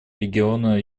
региона